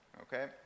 Okay